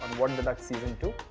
what and the duck season two.